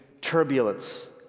turbulence